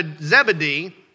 Zebedee